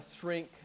shrink